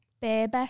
baby